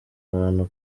abantu